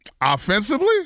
offensively